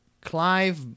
Clive